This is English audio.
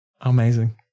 Amazing